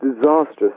disastrous